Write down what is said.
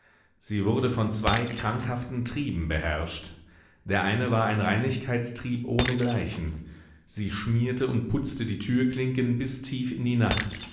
sie wurde von zwei krankhaften trieben beherrscht der eine war ein reinlichkeitstrieb ohnegleichen sie schmierte und putzte die türklinken bis tief in die nacht